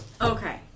Okay